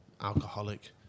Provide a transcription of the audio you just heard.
alcoholic